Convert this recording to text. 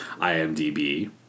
IMDb